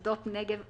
שדות נגב,